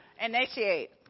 Initiate